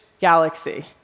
galaxy